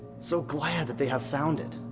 so glad that they have found it.